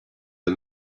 the